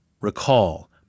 Recall